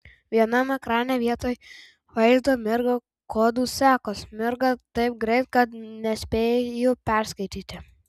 viename ekrane vietoj vaizdo mirga kodų sekos mirga taip greit kad nespėju perskaityti